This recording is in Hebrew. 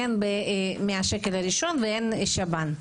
הן מהשקל הראשון והן שב"ן,